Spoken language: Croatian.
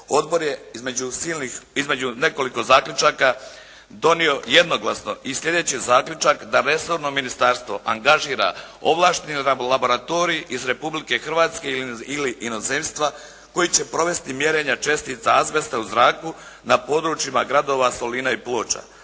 odbor je između nekoliko zaključaka donio jednoglasno i sljedeći zaključak da resorno ministarstvo angažira ovlašteni laboratorij iz Republike Hrvatske ili inozemstva koji će provesti mjerenja čestica azbesta u zraku na područjima gradova Solina i Ploča,